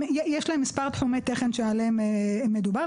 יש להם מספר תחומי תכן שעליהם מדובר,